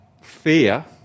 fear